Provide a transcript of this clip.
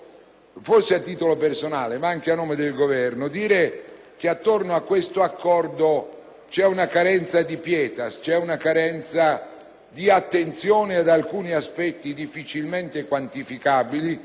dire, a titolo personale, ma anche a nome del Governo, che attorno a questo accordo vi è una carenza di *pietas*, di attenzione ad alcuni aspetti difficilmente quantificabili,